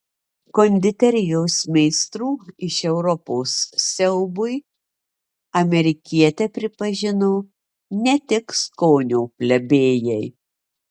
konditerijos meistrų iš europos siaubui amerikietę pripažino ne tik skonio plebėjai